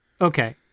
Okay